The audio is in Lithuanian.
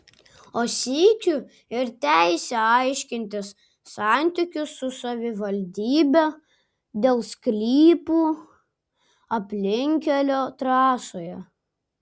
o sykiu ir teisę aiškintis santykius su savivaldybe dėl sklypų aplinkkelio trasoje